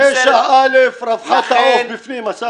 9(א), "רווחת העוף" בפנים, אסף.